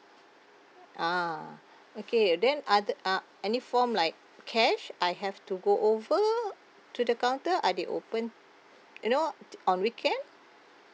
a'ah okay then are the uh any form like cash I have to go over to the counter are they open you know on weekend